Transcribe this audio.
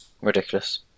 Ridiculous